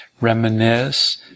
reminisce